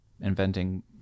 inventing